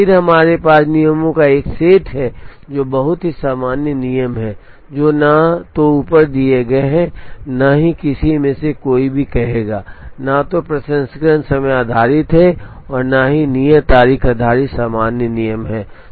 फिर हमारे पास नियमों का एक सेट है जो बहुत ही सामान्य नियम हैं जो न तो ऊपर दिए गए हैं और न ही किसी में से कोई भी कहेगा न तो प्रसंस्करण समय आधारित है और न ही नियत तारीख आधारित सामान्य नियम हैं